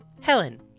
Helen